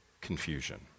confusion